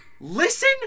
Listen